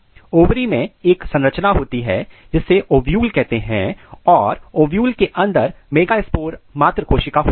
ovary में एक संरचना होती है जिसे ओव्यूल कहते हैं और ओव्यूल के अंदर मेगास्पोर मात्र कोशिका होती है